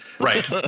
Right